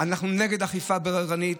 אנחנו נגד אכיפה בררנית.